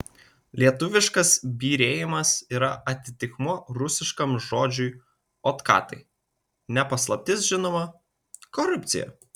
lietuviškas byrėjimas yra atitikmuo rusiškam žodžiui otkatai ne paslaptis žinoma korupcija